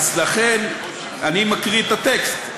אז לכן אני מקריא את הטקסט: